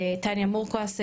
תניה מורקס,